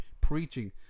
preaching